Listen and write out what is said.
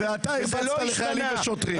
-- ואתה הרבצת לחיילים ושוטרים.